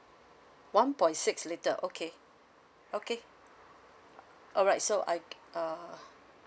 one point six litre okay okay uh alright so I c~ uh